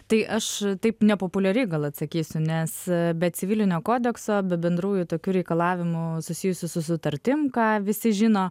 tai aš taip nepopuliari gal atsakysiu nes be civilinio kodekso be bendrųjų tokių reikalavimų susijusių su sutartim ką visi žino